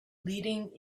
leading